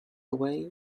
away